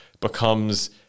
becomes